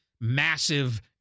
massive